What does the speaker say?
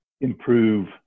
improve